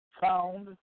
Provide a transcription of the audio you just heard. found